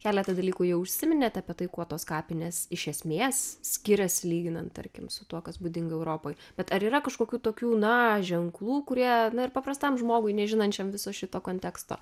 keletą dalykų jau užsiminėt apie tai kuo tos kapinės iš esmės skirias lyginant tarkim su tuo kas būdinga europoj bet ar yra kažkokių tokių na ženklų kurie na ir paprastam žmogui nežinančiam viso šito konteksto